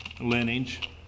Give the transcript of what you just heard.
lineage